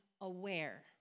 aware